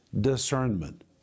discernment